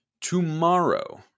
tomorrow